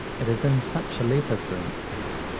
it is in such a letter, for instance,